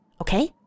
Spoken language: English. Okay